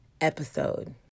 episode